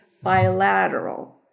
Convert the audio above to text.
bilateral